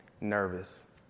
nervous